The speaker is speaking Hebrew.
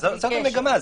זאת המגמה.